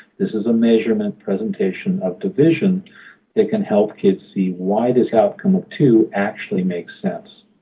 this is a measurement presentation of division that can help kids see why this outcome of two actually makes sense.